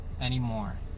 anymore